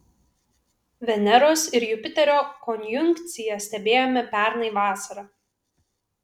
veneros ir jupiterio konjunkciją stebėjome pernai vasarą